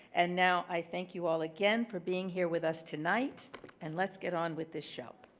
and now i thank you all again for being here with us tonight and let's get on with this show.